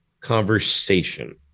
conversation